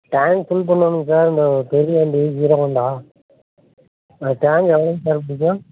tank full பண்ணணும் sir பெரிய வண்டி ஹீரோ ஹோண்டா டேங்க் எவ்ளவுங்க சார் பிடிக்கும்